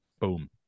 Boom